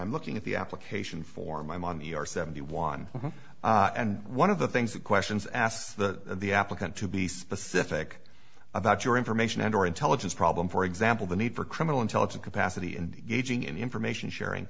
i'm looking at the application form i'm on your seventy one and one of the things that question's asked the the applicant to be specific about your information and our intelligence problem for example the need for criminal intelligence capacity and gauging in the information sharing